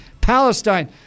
Palestine